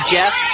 Jeff